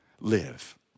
live